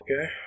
Okay